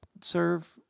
serve